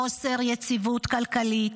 חוסר יציבות כלכלית,